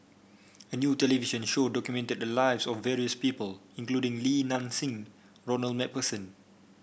a new television show documented the lives of various people including Li Nanxing Ronald MacPherson